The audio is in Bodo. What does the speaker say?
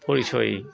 परिसय